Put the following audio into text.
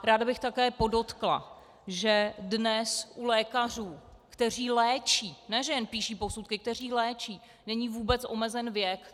Ráda bych také podotkla, že dnes u lékařů, kteří léčí ne že jen píší posudky, kteří léčí není vůbec omezen věk.